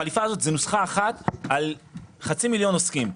החליפה הזאת היא נוסחה אחת על חצי מיליון עוסקים.